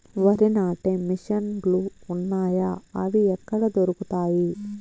వరి నాటే మిషన్ ను లు వున్నాయా? అవి ఎక్కడ దొరుకుతాయి?